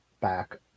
back